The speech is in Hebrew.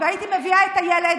והייתי מביאה את הילד,